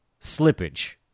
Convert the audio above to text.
slippage